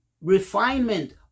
refinement